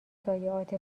ضایعات